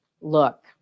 Look